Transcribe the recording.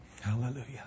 Hallelujah